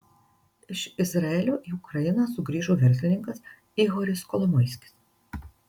iš izraelio į ukrainą sugrįžo verslininkas ihoris kolomoiskis